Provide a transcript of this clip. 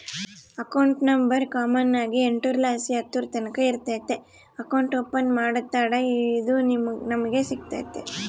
account number common ಆಗಿ ಎಂಟುರ್ಲಾಸಿ ಹತ್ತುರ್ತಕನ ಇರ್ತತೆ ಅಕೌಂಟ್ ಓಪನ್ ಮಾಡತ್ತಡ ಇದು ನಮಿಗೆ ಸಿಗ್ತತೆ